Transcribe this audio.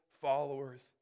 followers